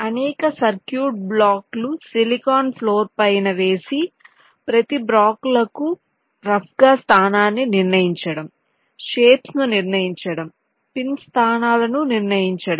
అనేక సర్క్యూట్ బ్లాక్లు silicon floor పైన వేసి ప్రతి బ్లాకులకు రఫ్ గా స్థానాన్ని నిర్ణయించడం షేప్స్ ను నిర్ణయించడం పిన్ స్థానాలను నిర్ణయించడం